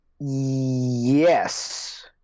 Yes